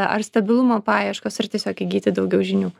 ar stabilumo paieškos ar tiesiog įgyti daugiau žinių